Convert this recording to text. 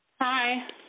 Hi